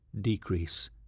decrease